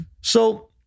So-